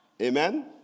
Amen